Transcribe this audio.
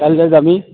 কাইলে যামেই